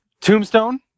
Tombstone